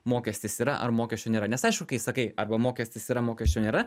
mokestis yra ar mokesčio nėra nes aišku kai sakai arba mokestis yra mokesčio nėra